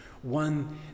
One